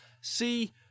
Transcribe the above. See